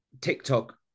TikTok